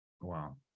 Wow